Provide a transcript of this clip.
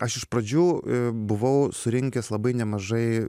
aš iš pradžių buvau surinkęs labai nemažai